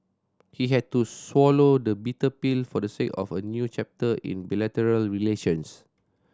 he had to swallow the bitter pill for the sake of a new chapter in bilateral relations